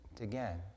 again